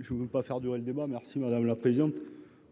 Je ne veux pas faire durer le débat merci madame la présidente,